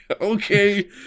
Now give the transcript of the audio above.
okay